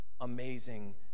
amazing